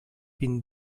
vint